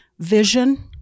vision